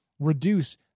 Reduce